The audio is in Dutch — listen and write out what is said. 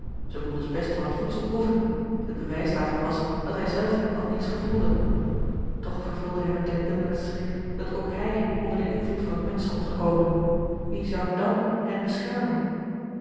zij kon dus best van het voedsel proeven het bewijs daarvan was dat hij zelf nog niets gevoelde toch vervulde hem het denkbeeld met schrik dat ook hij onder den invloed van het mengsel mogt komen wie zou dàn hen beschermen